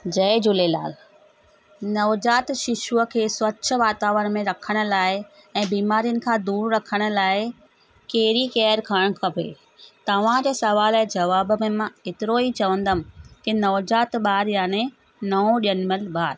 जय झूलेलाल नवजात शिशुअ खे स्वच्छ वातावरण में रखण लाइ ऐं बीमारियुनि खां दूर रखण लाइ केरी केयर करण खे तव्हांजे सुवाल जे जवाब में मां एतिरो ई चवंदमि की नवजात ॿारु यानि नओं ॼमियलु ॿारु